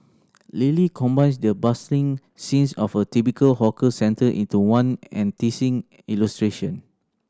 Lily combines the bustling scenes of a typical hawker centre into one enticing illustration